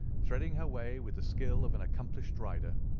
threading her way with the skill of an accomplished rider,